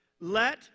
let